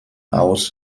aus